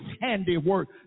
handiwork